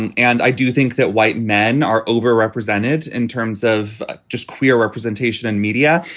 and and i do think that white men are overrepresented in terms of just queer representation in media.